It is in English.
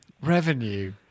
revenue